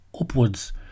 upwards